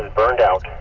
burned out